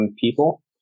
people